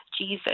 Jesus